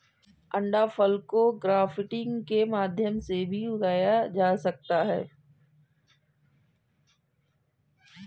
अंडाफल को ग्राफ्टिंग के माध्यम से भी उगाया जा सकता है